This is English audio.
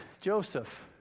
Joseph